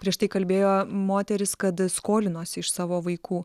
prieš tai kalbėjo moteris kad skolinosi iš savo vaikų